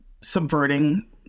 subverting